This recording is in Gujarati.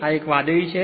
આ એક વાદળી છે